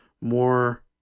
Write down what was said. more